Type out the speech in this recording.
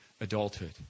adulthood